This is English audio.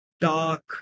dark